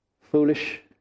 Foolish